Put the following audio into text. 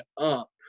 up